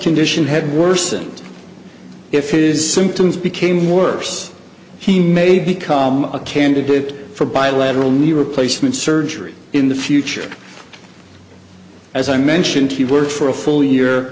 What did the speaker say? condition had worsened if his sometimes became worse he may become a candidate for bilateral new replacement surgery in the future as i mentioned he worked for a full year